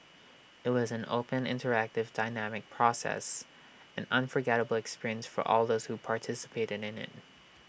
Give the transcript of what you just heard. IT was an open interactive dynamic process an unforgettable experience for all those who participated in IT